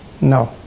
No